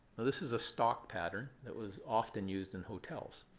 this is a stock pattern that was often used in hotels.